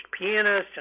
pianist